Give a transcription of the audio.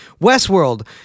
Westworld